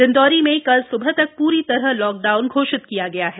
डिंडोरी में कल स्बह तक प्री तरह लॉक डाउन घोषित किया गया है